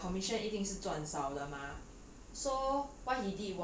如果你 tag with 人家你的 commission 一定是赚少的 mah